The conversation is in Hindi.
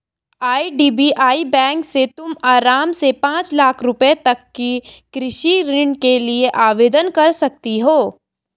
आई.डी.बी.आई बैंक से तुम आराम से पाँच लाख रुपयों तक के कृषि ऋण के लिए आवेदन कर सकती हो